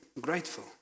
grateful